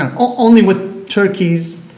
and only with turkey's